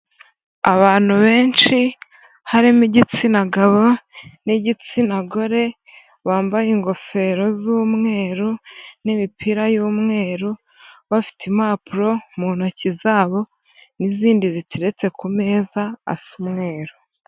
Abantu benshi harimo igitsina gabo n'igitsina gore bambaye ingofero z'umweru n'imipira y'umweru, bafite impapuro mu ntoki zabo n'izindi ziteretse ku meza asa umweru.